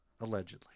Allegedly